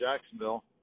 Jacksonville